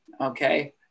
okay